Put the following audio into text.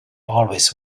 always